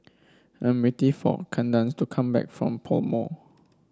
I'm waiting for Kandace to come back from PoMo